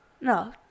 No